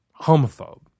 homophobe